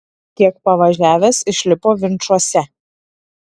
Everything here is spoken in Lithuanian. kiek pavažiavęs išlipo vinčuose